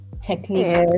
technique